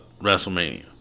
WrestleMania